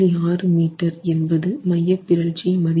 6 metre என்பது மையப்பிறழ்ச்சி மதிப்பு